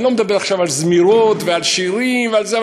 אני לא מדבר עכשיו על זמירות ועל שירים ועל זה,